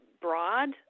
broad